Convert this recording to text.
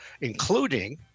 including